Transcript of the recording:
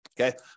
Okay